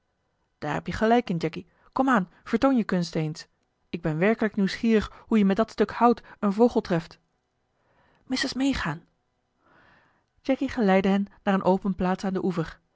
daar heb je gelijk in jacky kom aan vertoon je kunst eens ik ben werkelijk nieuwsgierig hoe je met dat stuk hout een vogel treft missa's meegaan jacky geleidde hen naar eene open plaats aan den oever